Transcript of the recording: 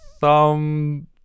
thumb